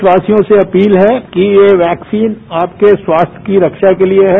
देशवासियों से अपील है कि ये वैक्सीन आपके स्वास्थ्य की रक्षा के लिए है